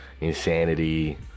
Insanity